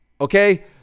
Okay